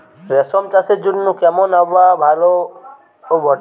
রেশম চাষের জন্য কেমন আবহাওয়া হাওয়া হলে ভালো?